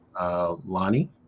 Lonnie